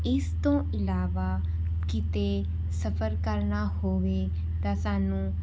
ਇਸ ਤੋਂ ਇਲਾਵਾ ਕਿਤੇ ਸਫ਼ਰ ਕਰਨਾ ਹੋਵੇ ਤਾਂ ਸਾਨੂੰ